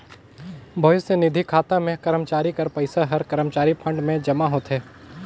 भविस्य निधि खाता में करमचारी कर पइसा हर करमचारी फंड में जमा होथे